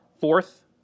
fourth